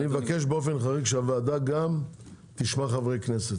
אני מבקש באופן חריג שהוועדה תשמע גם חברי כנסת.